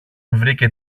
βρήκε